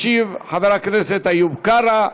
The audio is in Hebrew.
ישיב חבר הכנסת איוב קרא.